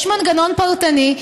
יש מנגנון פרטני,